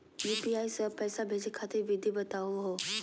UPI स पैसा भेजै खातिर विधि बताहु हो?